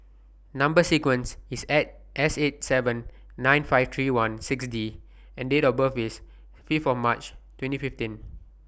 Number sequence IS eight S eight seven nine five three one six D and Date of birth Fifth of March twenty fifteen